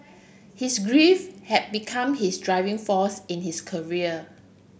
his grief had become his driving force in his career